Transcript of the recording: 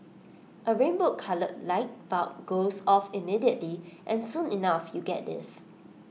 A rainbow coloured light bulb goes off immediately and soon enough you get this